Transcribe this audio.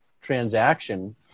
transaction